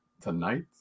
tonight